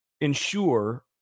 ensure